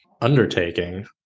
undertaking